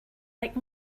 like